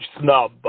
snub